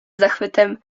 zachwytem